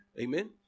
Amen